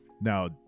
Now